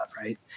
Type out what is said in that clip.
right